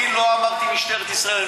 אני לא אמרתי משטרת ישראל.